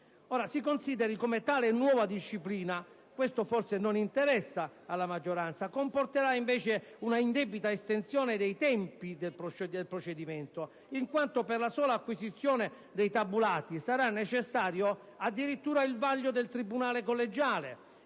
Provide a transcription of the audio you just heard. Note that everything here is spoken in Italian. si consideri come tale nuova disciplina - ma questo forse non interessa alla maggioranza - comporterà invece un'indebita estensione dei tempi del procedimento, in quanto per la sola acquisizione dei tabulati sarà necessario addirittura il vaglio del tribunale collegiale